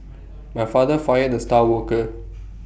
my father fired the star worker